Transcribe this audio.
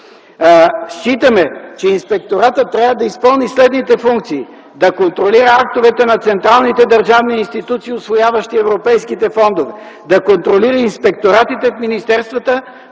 Считаме, че инспекторатът трябва да изпълни следните функции: да контролира актовете на централните държавни институции, усвояващи европейските фондове; да контролира инспекторатите в министерствата